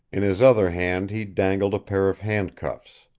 in his other hand he dangled a pair of handcuffs.